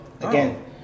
again